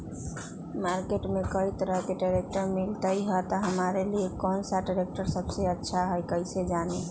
Market में कई तरह के ट्रैक्टर मिलते हैं हमारे लिए कौन सा ट्रैक्टर सबसे अच्छा है कैसे जाने?